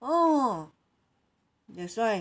oh that's why